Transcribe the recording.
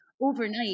overnight